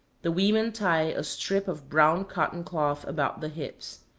the women tie a strip of brown cotton cloth about the hips.